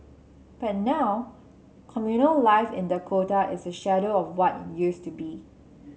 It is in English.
but now communal life in Dakota is a shadow of what it used to be